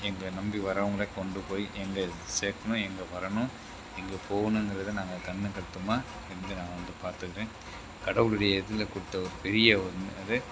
எங்களை நம்பி வரவங்கள கொண்டு போய் எங்கே சேர்க்கணும் எங்கே வரணும் எங்கே போகணுங்குறத நாங்கள் கண்ணும் கருத்துமாக எங்கே நான் வந்து பார்த்துக்குறேன் கடவுளுடைய இதில் கொடுத்த ஒரு பெரிய ஒன்று அது